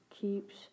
keeps